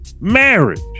marriage